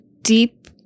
deep